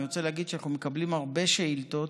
אני רוצה להגיד שאנחנו מקבלים הרבה שאילתות